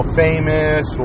famous